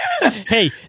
Hey